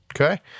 Okay